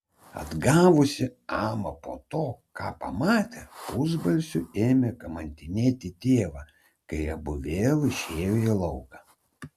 atgavusi amą po to ką pamatė pusbalsiu ėmė kamantinėti tėvą kai abu vėl išėjo į lauką